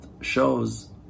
shows